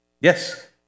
Yes